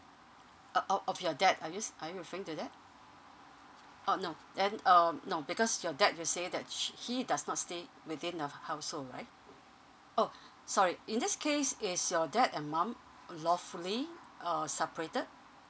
oh uh of your dad are you s~ are you referring to that uh no then uh no because your dad you say that she he does not stay within your household right oh sorry in this case is your dad and mum lawfully uh separated